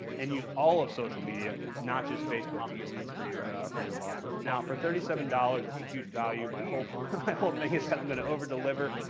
and use all of social media, not just facebook, to get leads for your for your law firm. now for thirty seven dollars, that's a huge value. my whole my whole thing is that i'm going to over deliver.